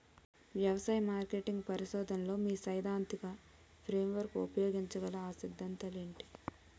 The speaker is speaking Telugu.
వ్యవసాయ మార్కెటింగ్ పరిశోధనలో మీ సైదాంతిక ఫ్రేమ్వర్క్ ఉపయోగించగల అ సిద్ధాంతాలు ఏంటి?